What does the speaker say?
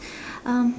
um